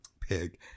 pig